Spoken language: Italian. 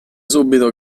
subito